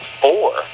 four